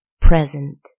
present